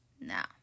Now